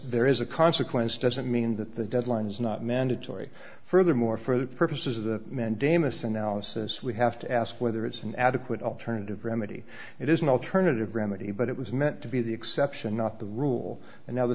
there is a consequence doesn't mean that the deadlines not mandatory furthermore for purposes of the mandamus analysis we have to ask whether it's an adequate alternative remedy it is an alternative remedy but it was meant to be the exception not the rule and now the